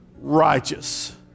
righteous